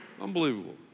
Unbelievable